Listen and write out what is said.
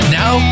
now